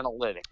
analytics